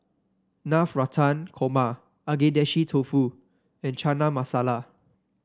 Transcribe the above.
Navratan Korma Agedashi Dofu and Chana Masala